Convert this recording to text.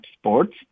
sports